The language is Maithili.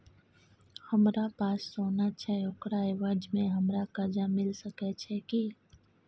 हमरा पास सोना छै ओकरा एवज में हमरा कर्जा मिल सके छै की?